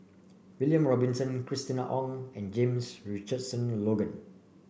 William Robinson Christina Ong and James Richardson Logan